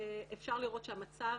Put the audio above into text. אפשר לראות שהמצב